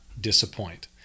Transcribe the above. disappoint